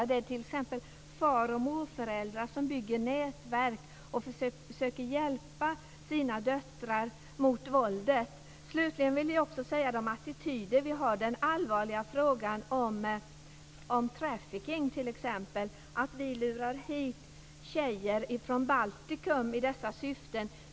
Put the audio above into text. Det kan vara t.ex. far och morföräldrar som bygger nätverk och som försöker hjälpa sina döttrar mot våldet. Slutligen vill jag säga någonting om attityder. Det gäller t.ex. den allvarliga frågan om trafficking. Tjejer från Baltikum luras hit i dessa syften.